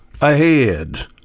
ahead